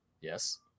Yes